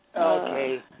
Okay